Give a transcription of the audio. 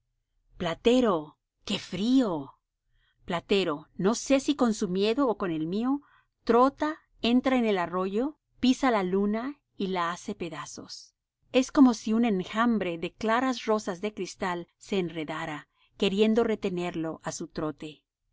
platero qué frío platero no sé si con su miedo ó con el mío trota entra en el arroyo pisa la luna y la hace pedazos es como si un enjambre de claras rosas de cristal se enredara queriendo retenerlo á su trote